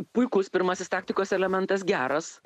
puikus pirmasis taktikos elementas geras